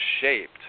shaped